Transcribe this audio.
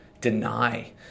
deny